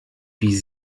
wie